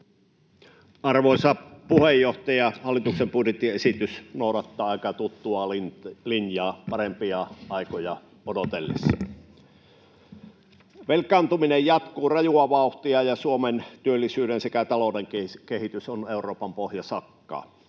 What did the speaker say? Arvoisa puheenjohtaja! Hallituksen budjettiesitys noudattaa aika tuttua linjaa — parempia aikoja odotellessa. Velkaantuminen jatkuu rajua vauhtia, ja Suomen työllisyyden sekä talouden kehitys on Euroopan pohjasakkaa.